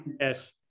Yes